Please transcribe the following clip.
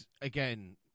again